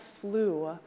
flu